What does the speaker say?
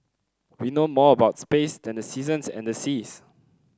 we know more about space than the seasons and the seas